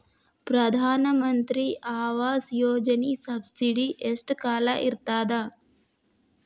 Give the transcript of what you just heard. ಪ್ರಧಾನ ಮಂತ್ರಿ ಆವಾಸ್ ಯೋಜನಿ ಸಬ್ಸಿಡಿ ಎಷ್ಟ ಕಾಲ ಇರ್ತದ?